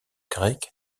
grec